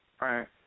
right